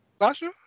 Sasha